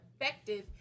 effective